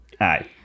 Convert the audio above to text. aye